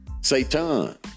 Satan